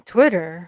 Twitter